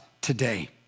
today